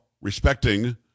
respecting